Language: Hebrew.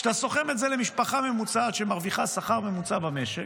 כשאתה סוכם את זה למשפחה ממוצעת שמרוויחה שכר ממוצע במשק,